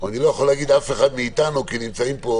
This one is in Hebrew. אני לא יכול להגיד אף אחד מאיתנו כי נמצאים פה